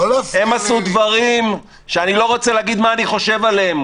הם עשו דברים שאני לא רוצה להגיד מה אני חושב עליהם,